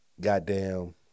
Goddamn